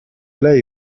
lei